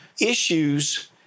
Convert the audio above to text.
issues